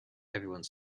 everyone